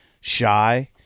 shy